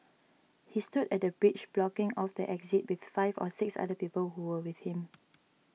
he stood at the bridge blocking off the exit with five or six other people who were with him